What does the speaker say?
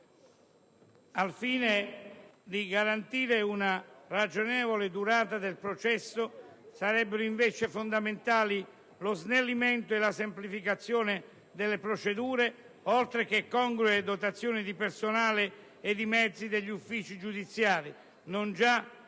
Al fine di garantire una ragionevole durata del processo, sarebbero invece fondamentali lo snellimento e la semplificazione delle procedure - oltre che congrue dotazioni di personale e di mezzi per gli uffici giudiziari - e non già